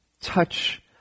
touch